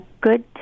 good